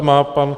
Má pan...